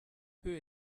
peu